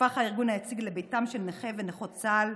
הפך הארגון היציג לביתם של נכי ונכות צה"ל,